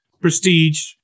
prestige